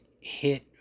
hit